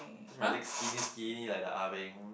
cause my legs skinny skinny like the ah beng